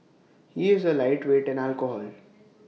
he is A lightweight in alcohol